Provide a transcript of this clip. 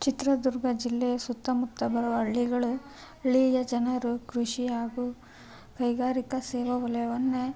ಚಿತ್ರದುರ್ಗ ಜಿಲ್ಲೆಯ ಸುತ್ತಮುತ್ತ ಬರುವ ಹಳ್ಳಿಗಳು ಹಳ್ಳಿಯ ಜನರು ಕೃಷಿ ಹಾಗೂ ಕೈಗಾರಿಕಾ ಸೇವಾ ವಲಯವನ್ನೇ